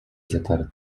zatarte